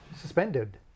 suspended